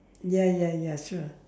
ya ya ya sure